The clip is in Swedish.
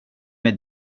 med